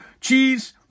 cheese